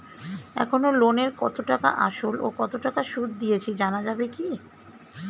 এখনো লোনের কত টাকা আসল ও কত টাকা সুদ দিয়েছি জানা যাবে কি?